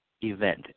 event